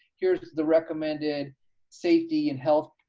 here's the recommended safety and health,